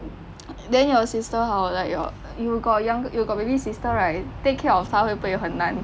then your sister how like your you got younger you got baby sister right take care of 他会不会很难